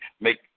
Make